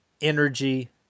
energy